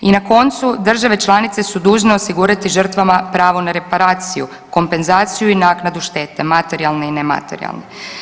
I na koncu države članice su dužne osigurati žrtvama pravo na reparaciju, kompenzaciju i naknadu štete materijalne i nematerijalne.